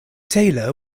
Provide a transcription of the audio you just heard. taylor